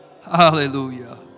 Hallelujah